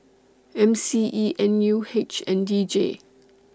M C E N U H and D J